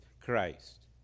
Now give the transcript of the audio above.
Christ